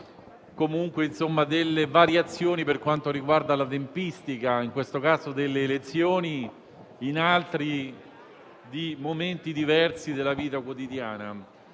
comunque delle variazioni per quanto riguarda la tempistica - in questo caso delle elezioni - in altri momenti diversi della vita quotidiana.